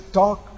talk